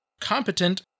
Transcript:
competent